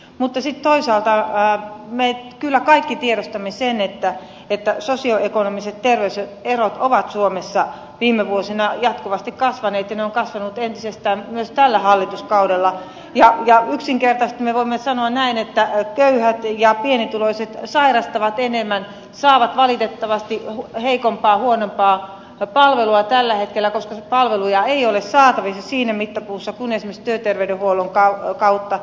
mutta sitten toisaalta me kyllä kaikki tiedostamme sen että sosioekonomiset terveyserot ovat suomessa viime vuosina jatkuvasti kasvaneet ja ne ovat kasvaneet entisestään myös tällä hallituskaudella ja yksinkertaisesti me voimme sanoa näin että köyhät ja pienituloiset sairastavat enemmän saavat valitettavasti heikompaa huonompaa palvelua tällä hetkellä koska palveluja ei ole saatavissa siinä mitassa kuin esimerkiksi työterveydenhuollon kautta